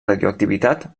radioactivitat